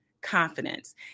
confidence